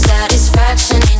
Satisfaction